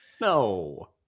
No